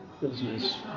business